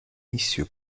миссию